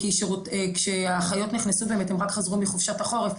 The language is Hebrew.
כי כשהאחיות נכנסו באמת הם רק חזרו מחופשת החורף.